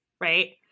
right